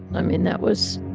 i mean, that was